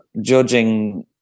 judging